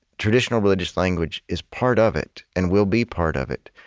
traditional religious language is part of it and will be part of it,